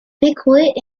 piquet